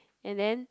and then